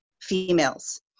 females